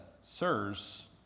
Sirs